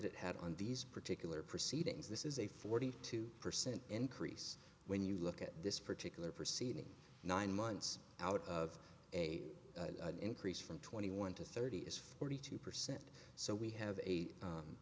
it had on these particular proceedings this is a forty two percent increase when you look at this particular proceeding nine months out of a increase from twenty one to thirty is forty two percent so we have